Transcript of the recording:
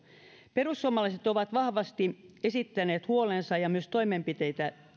perussuomalaiset ovat vahvasti esittäneet huolensa ja myös toimenpiteitä